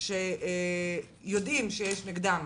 שיש נגדם